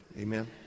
Amen